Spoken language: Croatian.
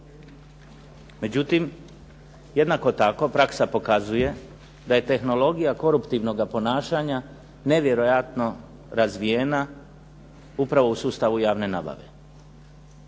Međutim, jednako tako praksa pokazuje da je tehnologija koruptivnog ponašanja nevjerojatno razvijena, upravo u sustavu javne nabave.